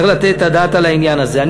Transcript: צריך לתת את הדעת לעניין הזה.